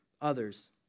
others